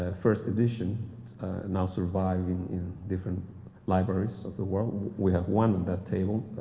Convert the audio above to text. ah first edition now survive in in different libraries of the world. we have one in that table.